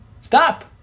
Stop